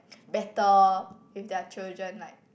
better if their children like